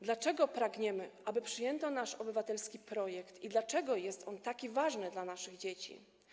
Dlaczego pragniemy, aby przyjęto nasz obywatelski projekt, i dlaczego jest on taki ważny dla naszych dzieci?